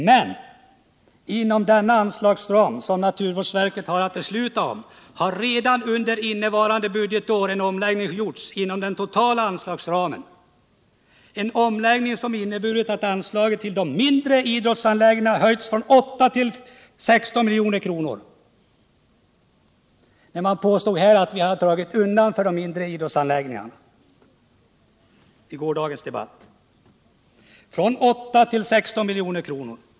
Men för denna anslagsram, som naturvårdsverket har att besluta om, har redan under innevarande budgetår en omläggning gjorts inom den totala anslagsramen, en omläggning som inneburit att anslaget till de mindre idrottsanläggningarna höjts från 8 till 16 milj.kr. Och ändå påstods det under gårdagens debatt att vi hade dragit undan medel från de mindre idrottsanläggningarna.